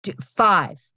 five